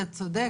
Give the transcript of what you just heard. אתה צודק.